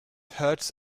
hurts